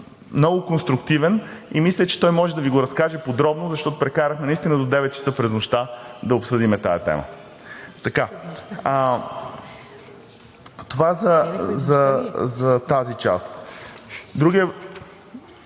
много конструктивен и мисля, че той може да Ви го разкаже подробно, защото прекарахме наистина до девет часа през нощта да обсъдим тази тема. Това е за тази част.